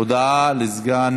הודעה לסגן